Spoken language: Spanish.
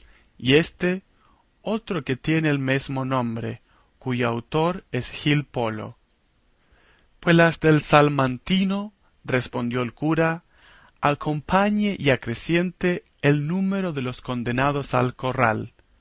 y éste otro que tiene el mesmo nombre cuyo autor es gil polo pues la del salmantino respondió el cura acompañe y acreciente el número de los condenados al corral